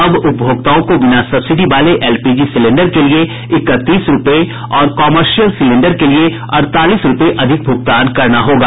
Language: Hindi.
अब उपभोक्ताओं को बिना सब्सिडी वाले एलपीजी सिलेंडर के लिए इकतीस रूपये और कॉमर्शियल सिलेंडर के लिए अड़तालीस रूपये अधिक भुगतान करना होगा